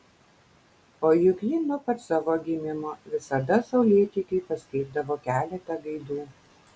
o juk ji nuo pat savo gimimo visada saulėtekiui paskirdavo keletą gaidų